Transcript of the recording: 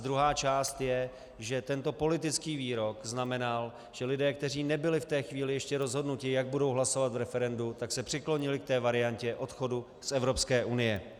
Druhá část je, že tento politický výrok znamenal, že lidé, kteří nebyli v té chvíli ještě rozhodnuti, jak budou hlasovat v referendu, se přiklonili k variantě odchodu z Evropské unie.